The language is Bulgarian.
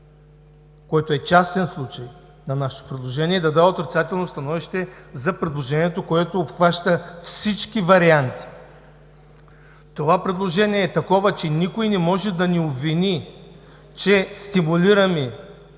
което е частен случай на нашето предложение, и да дава отрицателно становище за предложението, което обхваща всички варианти! Това предложение е такова, че никой не може да ни обвини, че стимулираме